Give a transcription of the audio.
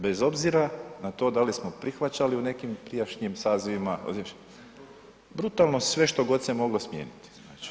Bez obzira na to da li smo prihvaćali u nekim prijašnjim sazivima, brutalno sve što god se moglo smijeniti.